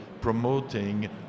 promoting